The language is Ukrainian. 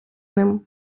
ним